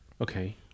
Okay